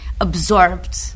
absorbed